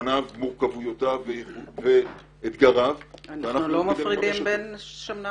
גווניו מורכבותו ואתגריו --- אנחנו לא מפרידים בין שמנה